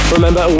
Remember